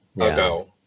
ago